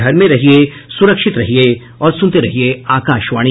घर में रहिये सुरक्षित रहिये और सुनते रहिये आकाशवाणी